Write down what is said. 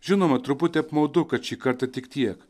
žinoma truputį apmaudu kad šį kartą tik tiek